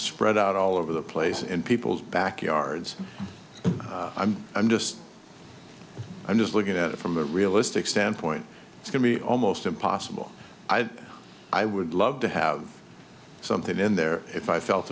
spread out all over the place in people's backyards i'm just i'm just looking at it from a realistic standpoint it's going to be almost impossible i would love to have something in there if i felt